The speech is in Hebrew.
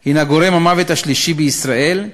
היא גורם המוות השלישי בישראל,